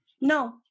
No